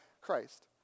Christ